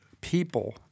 people